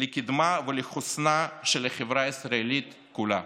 לקדמה ולחוסנה של החברה הישראלית כולה.